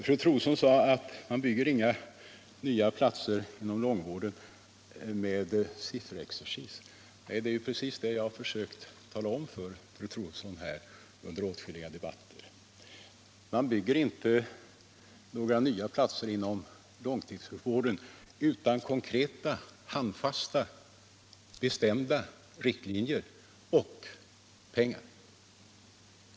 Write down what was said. Fru Troedsson sade att man bygger inga nya platser inom långtidsvården med sifferexercis. Det är ju precis det jag har försökt tala om för fru Troedsson under åtskilliga debatter. Man bygger inte några nya platser inom långtidssjukvården utan konkreta, handfasta och bestämda riktlinjer — och pengar.